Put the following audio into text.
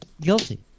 Guilty